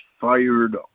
fired